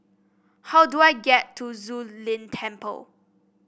how do I get to Zu Lin Temple